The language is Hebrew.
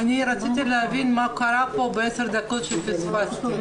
רציתי להבין מה קרה פה בעשר הדקות שפספסתי.